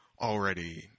already